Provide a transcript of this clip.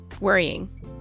Worrying